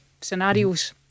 scenarios